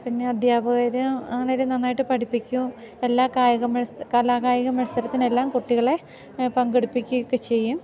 പിന്നെ അദ്ധ്യാപകർ അങ്ങനെയൊക്കെ നന്നായിട്ട് പഠിപ്പിക്കും എല്ലാ കായിക മത്സ കലാകായിക മത്സരത്തിനെല്ലാം കുട്ടികളെ പങ്കെടുപ്പിക്കുകയൊക്കെ ചെയ്യും